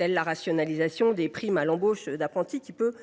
Ainsi, la rationalisation des primes à l’embauche d’apprentis peut